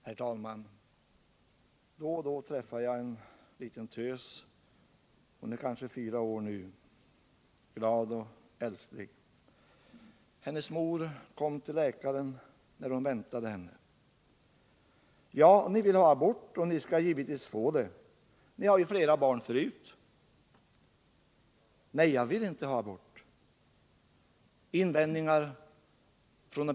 Herr talman! Då och då träffar jag en liten tös. Hon är kanske fyra år nu, glad och älsklig. Hennes mor kom till läkaren när hon väntade henne. — Ja, ni vill ha abort och ni skall givetvis få det. Ni har ju flera barn förut. — Nej, jag vill inte ha abort.